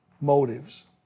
motives